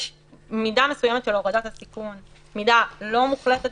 יש מידה מסוימת של הורדת הסיכון מידה לא מוחלטת